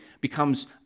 becomes